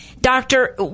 doctor